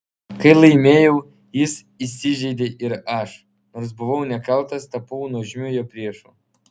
kai laimėjau jis įsižeidė ir aš nors buvau nekaltas tapau nuožmiu jo priešu